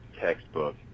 textbook